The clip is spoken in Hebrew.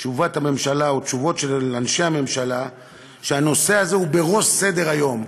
הממשלה או תשובות של אנשי הממשלה שהנושא הזה הוא בראש סדר-היום.